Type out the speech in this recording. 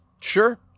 Sure